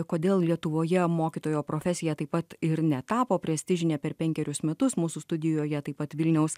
kodėl lietuvoje mokytojo profesija taip pat ir netapo prestižinė per penkerius metus mūsų studijoje taip pat vilniaus